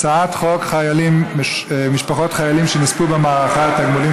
הצעת חוק משפחות חיילים שנספו במערכה (תגמולים